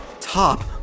top